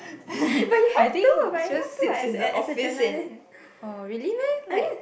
I think he just sits in the office and oh really meh like